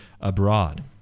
abroad